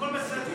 הכול בסדר.